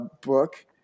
book